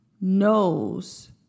knows